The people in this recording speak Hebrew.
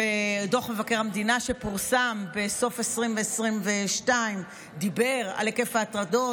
דוח מבקר המדינה שפורסם בסוף 2022 דיבר על היקף ההטרדות